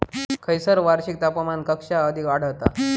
खैयसर वार्षिक तापमान कक्षा अधिक आढळता?